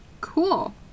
Cool